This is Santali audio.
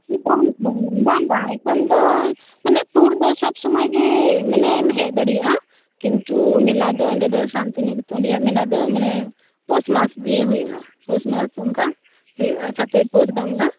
ᱵᱟᱝ ᱵᱟᱝ ᱮᱠᱷᱚᱱ ᱫᱚ ᱢᱟᱱᱮ ᱴᱩᱨ ᱫᱚ ᱥᱚᱵᱼᱥᱚᱢᱚᱭ ᱜᱮ ᱢᱟᱱᱮᱢ ᱦᱮᱡ ᱫᱟᱲᱮᱭᱟᱜᱼᱟ ᱠᱚᱱᱛᱩ ᱢᱮᱞᱟ ᱫᱚ ᱚᱸᱰᱮ ᱥᱟᱱᱛᱤᱱᱤᱠᱮᱛᱚᱱ ᱨᱮᱭᱟᱜ ᱢᱮᱞᱟ ᱫᱚ ᱯᱳᱥᱢᱟᱥ ᱜᱮ ᱦᱳᱭᱳᱜᱼᱟ ᱚᱱᱠᱟ ᱥᱟᱛᱮᱭ ᱯᱳᱥ ᱵᱟᱝᱞᱟ